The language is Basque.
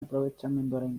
aprobetxamenduaren